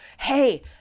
hey